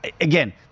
Again